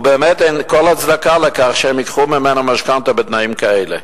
ובאמת אין כל הצדקה שהם ייקחו ממנה משכנתה בתנאים כאלה.